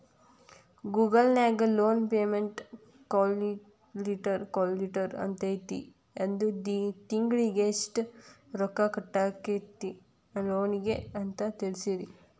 Google ನ್ಯಾಗ loan payment calculator ಅಂತೈತಿ ಅದು ತಿಂಗ್ಳಿಗೆ ಯೆಷ್ಟ್ ರೊಕ್ಕಾ ಕಟ್ಟಾಕ್ಕೇತಿ ಲೋನಿಗೆ ಅಂತ್ ತಿಳ್ಸ್ತೆತಿ